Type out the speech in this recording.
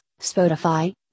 Spotify